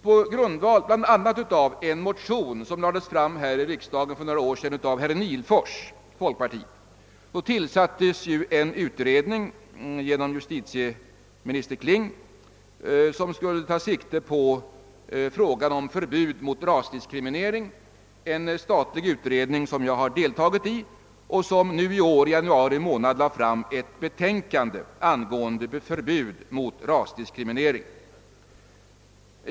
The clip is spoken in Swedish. På grundval av bl.a. en motion som väcktes här i riksdagen för några år sedan av herr Nihlfors, folkpartiet, tillsatte justitieminister Kling en utredning som skulle ta sikte på ett förbud mot rasdiskriminering. Det är en statlig utredning vars arbete jag har deltagit i och som i januari detta år lade fram ett betänkande angående förbud mot rasdiskriminering.